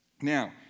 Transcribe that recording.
Now